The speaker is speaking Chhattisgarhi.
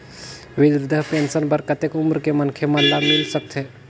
वृद्धा पेंशन बर कतेक उम्र के मनखे मन ल मिल सकथे?